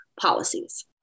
Policies